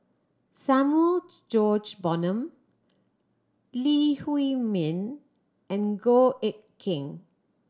Samuel George Bonham Lee Huei Min and Goh Eck Kheng